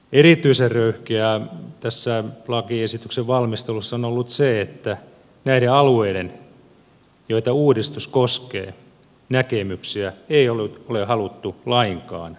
erityisen röyhkeää tässä lakiesityksen valmistelussa on ollut se että näiden alueiden joita uudistus koskee näkemyksiä ei ole haluttu lainkaan kuulla